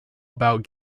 about